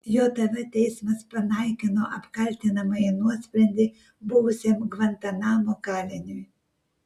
jav teismas panaikino apkaltinamąjį nuosprendį buvusiam gvantanamo kaliniui